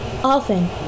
Often